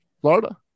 Florida